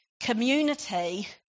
community